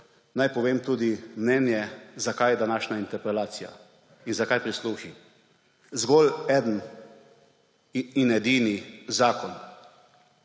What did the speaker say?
naj povem tudi mnenje, zakaj današnja interpelacija in zakaj prisluhi. Zgolj eden in edini zakon